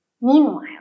Meanwhile